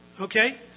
okay